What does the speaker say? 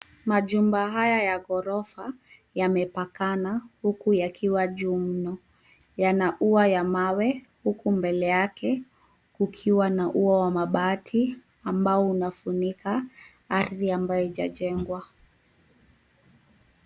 Majumba haya ya ghorofa yamepakana huku yakiwa juu mno, yana ua ya mawe, huku mbele yake kukiwa na ua wa mabati ambao unafunika ardhi ambayo haijajengwa.